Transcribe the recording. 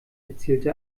erzählte